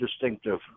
distinctive